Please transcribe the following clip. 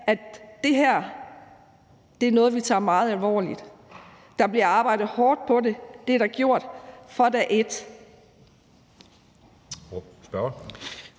at det her er noget, vi tager meget alvorligt. Der bliver arbejdet hårdt på det, og det er der blevet gjort fra dag et.